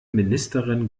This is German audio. ministerin